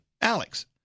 Alex